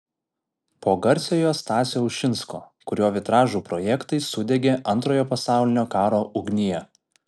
po garsiojo stasio ušinsko kurio vitražų projektai sudegė antrojo pasaulinio karo ugnyje